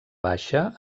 baixa